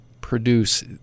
produce